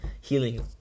healing